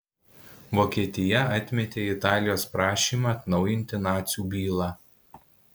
vokietija atmetė italijos prašymą atnaujinti nacių bylą